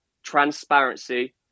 transparency